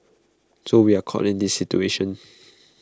so we are caught in this situation